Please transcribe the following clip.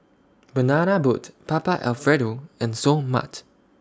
Banana Boat Papa Alfredo and Seoul Mart